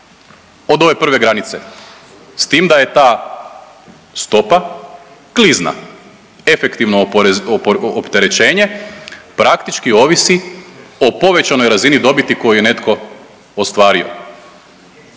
od ove prve granice, s tim da je ta stopa klizna. Efektivno opterećenje praktički ovisi o povećanoj razini dobiti koju je netko ostvario